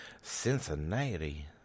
Cincinnati